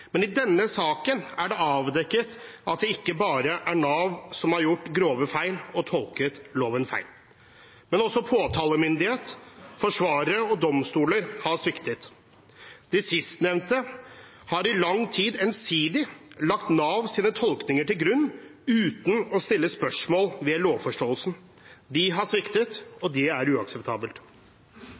Men i denne saken er det avdekket at det ikke bare er Nav som har gjort grove feil og tolket loven feil. Også påtalemyndighet, forsvarere og domstoler har sviktet. De sistnevnte har i lang tid ensidig lagt Navs tolkninger til grunn uten å stille spørsmål ved lovforståelsen. De har sviktet, og det er uakseptabelt.